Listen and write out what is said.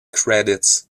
credits